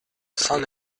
saint